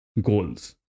goals